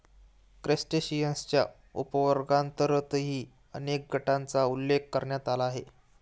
क्रस्टेशियन्सच्या उपवर्गांतर्गतही अनेक गटांचा उल्लेख करण्यात आला आहे